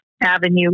Avenue